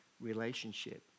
relationship